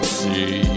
see